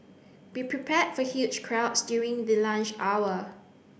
be prepared for huge crowds during the lunch hour